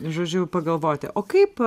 žodžių pagalvoti o kaip